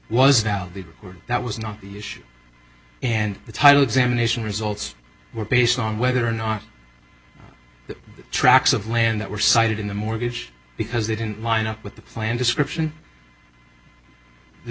record that was not the issue and the title examination results were based on whether or not the tracks of land that were cited in the mortgage because they didn't line up with the plan description the